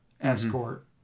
Escort